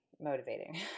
motivating